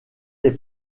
les